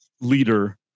leader